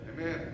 Amen